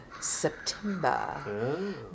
september